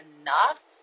enough